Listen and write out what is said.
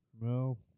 No